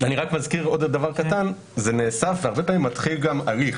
אני רק מזכיר עוד דבר קטן הרבה פעמים מתחיל הליך